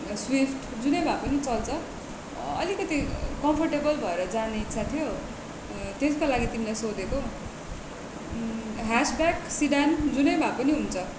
Swift जुनै भए पनि चल्छ अलिकति कम्फर्टेबल भएर जाने इच्छा थियो त्यसको लागि तिमीलाई सोधेको ह्याचब्याक सिडान जुनै भए पनि हुन्छ